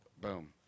Boom